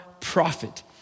prophet